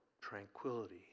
tranquility